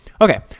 Okay